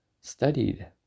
studied